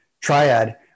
triad